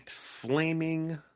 flaming